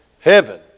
heaven